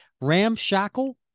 Ramshackle